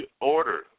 order